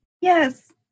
Yes